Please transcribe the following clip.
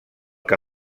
que